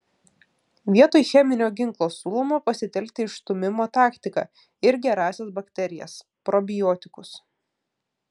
vietoj cheminio ginklo siūloma pasitelkti išstūmimo taktiką ir gerąsias bakterijas probiotikus